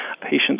patients